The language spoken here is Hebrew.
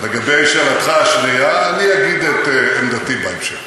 לגבי שאלתך השנייה, אני אגיד את עמדתי בהמשך,